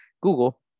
google